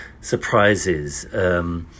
surprises